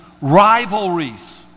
rivalries